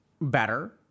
better